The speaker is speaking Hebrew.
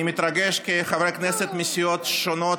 אני מתרגש כי חברי כנסת מסיעות שונות,